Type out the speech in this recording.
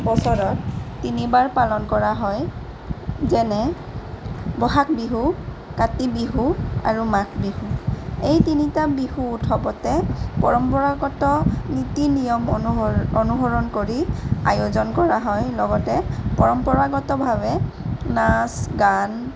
বছৰত তিনিবাৰ পালন কৰা হয় যেনে বহাগ বিহু কাতি বিহু আৰু মাঘ বিহু এই তিনিটা বিহু উৎসৱতে পৰম্পৰাগত নীতি নিয়ম অনুস অনুসৰণ কৰি আয়োজন কৰা হয় লগতে পৰম্পৰাগতভাৱে নাচ গান